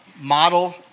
Model